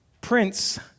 prince